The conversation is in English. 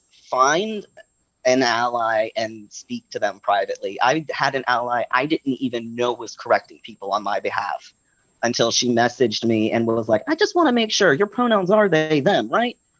find an ally and speak to them privately. i had an ally i didn't even know was correcting people on my behalf until she messaged me and was like i just want to make sure, your pronouns are they them, right?